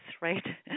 right